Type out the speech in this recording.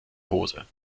hose